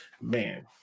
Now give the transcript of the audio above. man